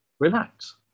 relax